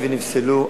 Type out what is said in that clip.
ונפסלו.